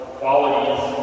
qualities